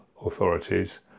authorities